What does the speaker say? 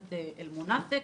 אפליקציית אלמונסק,